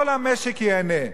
כל המשק ייהנה.